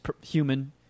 human